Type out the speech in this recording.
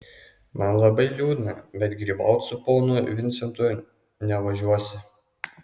man labai liūdna bet grybaut su ponu vincentu nevažiuosi